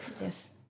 yes